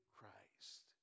Christ